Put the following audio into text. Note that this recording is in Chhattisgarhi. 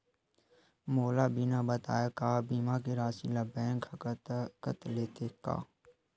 मोला बिना बताय का बीमा के राशि ला बैंक हा कत लेते का?